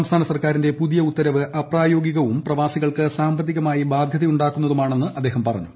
സംസ്ഥാന സർക്കാരിന്റെ പുതിയ ഉത്തരവ് അപ്രായോഗികവും പ്രവാസികൾക്ക് സാമ്പത്തികമായി ബാധ്യതയുണ്ടാക്കുന്നതുമാണെന്ന് അദ്ദേഹം പറഞ്ഞു